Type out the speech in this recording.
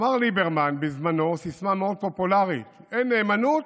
אמר ליברמן בזמנו סיסמה מאוד פופולרית: אין נאמנות,